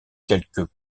quelques